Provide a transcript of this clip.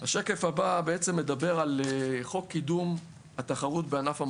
השקף הבא בעצם מדבר על חוק קידום התחרות בענף המזון.